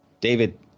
David